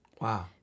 Wow